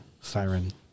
Siren